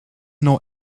know